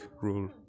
rule